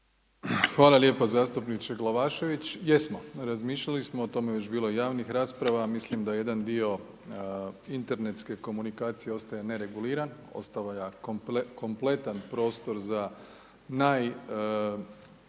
Hvala lijepo zastupniče Glavašević, jesmo razmišljali smo o tome je već bilo i javnih rasprava, a mislim da jedan dio internetske komunikacije ostaje ne reguliran, ostavlja kompletan prostor za najružnije